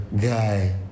guy